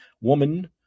woman